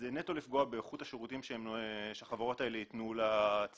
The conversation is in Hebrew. זה נטו לפגוע באיכות השירותים שהחברות האלה ייתנו לציבור.